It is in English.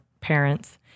parents